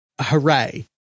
hooray